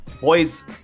boys